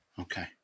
Okay